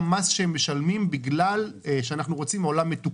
הלקוחות היו מבינים שאנחנו מעלים את המס על מנת לתקן את העולם.